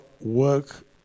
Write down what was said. work